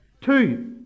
Two